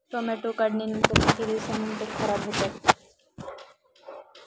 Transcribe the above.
Tomato काढणीनंतर किती दिवसांनी खराब होतात?